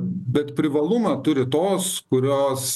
bet privalumą turi tos kurios